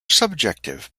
subjective